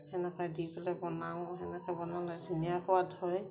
হেনকা দি পেলে বনাওঁ সেনেকৈ বনালে ধুনীয়া সোৱাদ হয়